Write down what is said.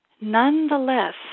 Nonetheless